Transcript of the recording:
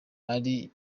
ari